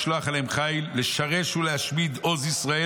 לשלוח אליהם חיל לשרש ולהשמיד עוז ישראל